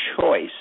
choice